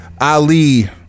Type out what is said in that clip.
Ali